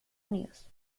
unidos